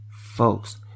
folks